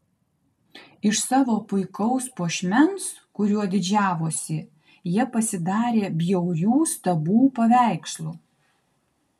iš savo puikaus puošmens kuriuo didžiavosi jie pasidarė bjaurių stabų paveikslų